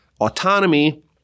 autonomy